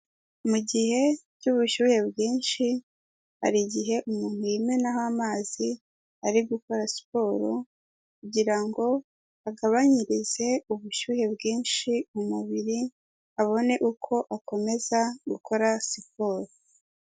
Mu gihe cy'ubushyuhe bwinshi, hari igihe umuntu yimenaho amazi ari gukora siporo, kugira ngo agabanyirize ubushyuhe bwinshi umubiri, abone uko akomeza gukora siporo.